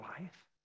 life